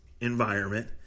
environment